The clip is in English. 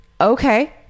okay